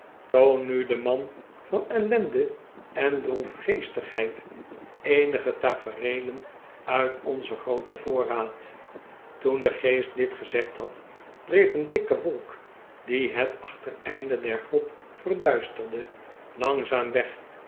nu den man van ellende en droefgeestigheid eenige tafereelen uit onzen grooten voorraad toen de geest dit gezegd had dreef een dikke wolk die het achtereinde der grot verduisterde langzaam weg